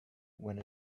when